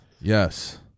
yes